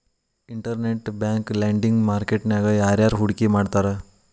Internet bank lending market ನ್ಯಾಗ ಯಾರ್ಯಾರ್ ಹೂಡ್ಕಿ ಮಾಡ್ತಾರ?